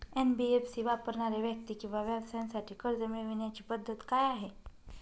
NBFC वापरणाऱ्या व्यक्ती किंवा व्यवसायांसाठी कर्ज मिळविण्याची पद्धत काय आहे?